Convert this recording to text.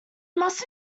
must